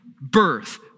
birth